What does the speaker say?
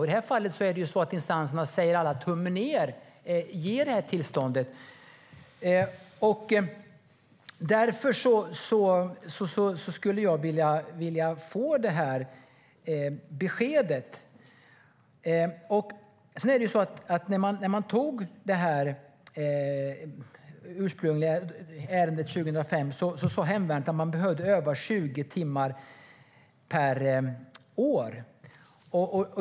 I det här fallet gör alla instanser tummen ned och säger att tillstånd bör ges. Därför skulle jag vilja få ett besked. Ursprungligen i detta ärende, år 2005, sa hemvärnet att man behövde öva 20 timmar per år.